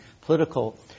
political